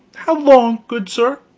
how long, good sir?